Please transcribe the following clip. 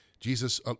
Jesus